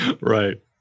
Right